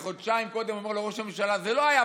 שחודשיים קודם אומר לו ראש הממשלה: זה לא היה,